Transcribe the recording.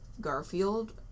garfield